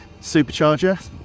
Supercharger